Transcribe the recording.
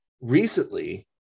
Recently